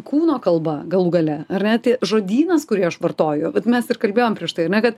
kūno kalba galų gale ar net žodynas kurį aš vartoju vat mes ir kalbėjom prieš tai ar ne kad